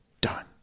Done